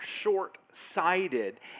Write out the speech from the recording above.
short-sighted